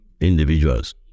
individuals